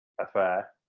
affair